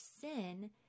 sin